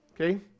Okay